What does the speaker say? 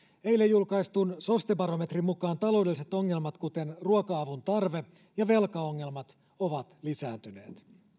eilen julkaistun soste barometrin mukaan taloudelliset ongelmat kuten ruoka avun tarve ja velkaongelmat ovat lisääntyneet